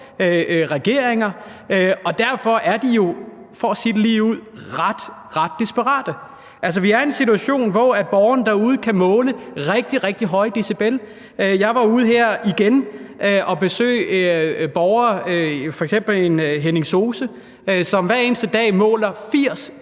løsning på. Derfor er de jo for at sige det ligeud ret desperate. Vi er i en situation, hvor borgerne derude kan måle rigtig, rigtig høje decibel. Jeg var ude her igen og besøge borgere, f.eks. Henning Sose, som hver eneste dag måler